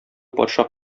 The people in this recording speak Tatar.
патша